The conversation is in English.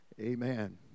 amen